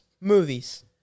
Movies